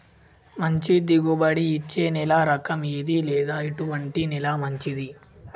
మంచి దిగుబడి ఇచ్చే నేల రకం ఏది లేదా ఎటువంటి నేల మంచిది?